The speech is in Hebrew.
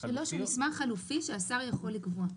3 זה מסמך חלופי שהשר יכול לקבוע.